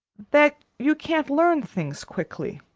that you can't learn things quickly.